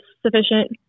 sufficient